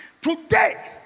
Today